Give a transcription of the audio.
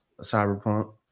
Cyberpunk